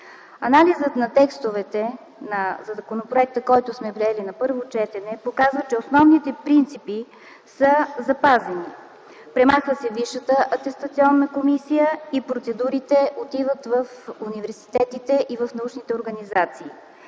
Анализът на текстовете на законопроекта, който сме приели на първо четене, показва, че основните принципи са запазени – премахва се Висшата атестационна комисия и процедурите отиват в университетите и в научните организации.